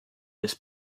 this